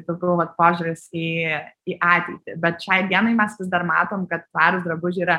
daugiau vat požiūris į į ateitį bet šiai dienai mes vis dar matom kad tvarūs drabužiai yra